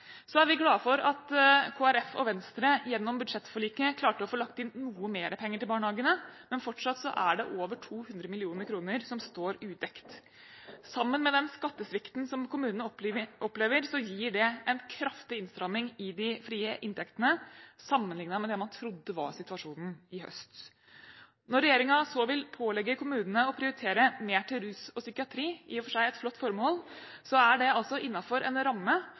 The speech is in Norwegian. er glade for at Kristelig Folkeparti og Venstre gjennom budsjettforliket klarte å få lagt inn noe mer penger til barnehagene. Men fortsatt er det over 200 mill. kr som står udekket. Sammen med den skattesvikten som kommunene opplever, gir det en kraftig innstramming i de frie inntektene, sammenliknet med det man trodde var situasjonen i høst. Når regjeringen så vil pålegge kommunene å prioritere mer til rus og psykiatri – i og for seg et flott formål – er det innenfor en ramme